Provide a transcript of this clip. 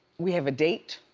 we have a date